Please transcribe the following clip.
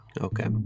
okay